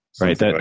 Right